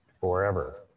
forever